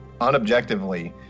unobjectively